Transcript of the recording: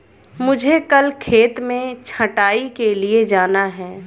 मुझे कल खेत में छटाई के लिए जाना है